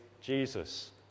Jesus